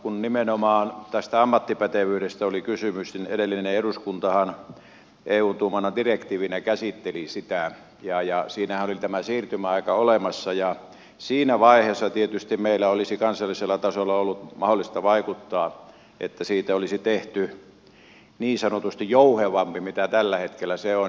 kun nimenomaan tästä ammattipätevyydestä oli kysymys niin edellinen eduskuntahan eun tuomana direktiivinä käsitteli sitä ja siinähän oli tämä siirtymäaika olemassa ja siinä vaiheessa tietysti meillä olisi kansallisella tasolla ollut mahdollista vaikuttaa että siitä olisi tehty niin sanotusti jouhevampi kuin mitä tällä hetkellä se on